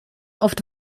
oft